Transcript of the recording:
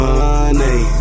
Money